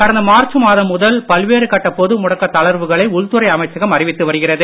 கடந்த மார்ச் மாதம் முதல் பல்வேறு கட்ட பொது முடக்க தளர்வுகளை உள்துறை அமைச்சகம் அறிவித்து வருகிறது